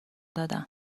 دادم